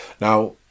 Now